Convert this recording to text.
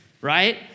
right